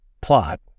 plot